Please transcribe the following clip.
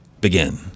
begin